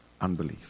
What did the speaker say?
unbelief